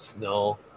No